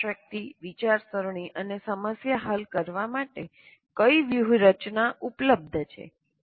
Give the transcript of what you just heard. યાદશક્તિ વિચારસરણી અને સમસ્યા હલ કરવા માટે કઈ વ્યૂહરચના ઉપલબ્ધ છે